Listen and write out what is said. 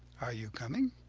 are you coming